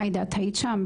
עאידה את היית שם,